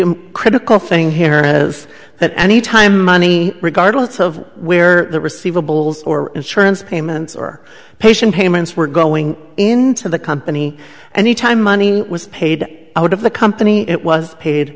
the critical thing here is that any time money regardless of where receivables or insurance payments or patient payments were going into the company and the time money was paid out of the company it was paid